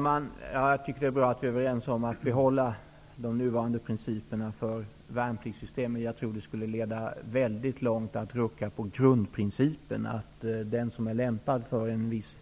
Herr talman! Jag tycker att det är bra att vi är överens om att behålla de nuvarande principerna för värnpliktssystemet. Jag tror att det skulle leda mycket långt att rucka på grundprincipen att den som är lämpad för en viss